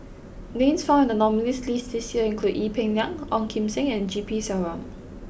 names found in the nominees' list this year include Ee Peng Liang Ong Kim Seng and G P Selvam